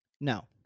No